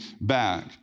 back